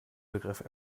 begriff